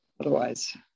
otherwise